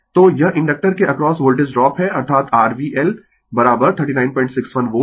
तो यह इंडक्टर के अक्रॉस वोल्टेज ड्रॉप है अर्थात rV L 3961 वोल्ट